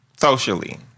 socially